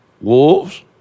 wolves